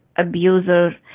abuser